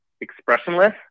expressionless